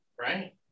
right